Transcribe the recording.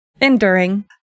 enduring